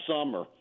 summer